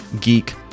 geek